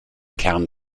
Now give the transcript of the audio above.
kern